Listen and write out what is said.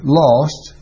lost